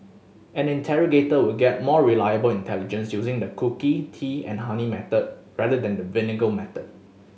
an interrogator will get more reliable intelligence using the cookie tea and honey method rather than the vinegar method